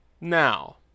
Now